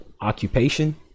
occupation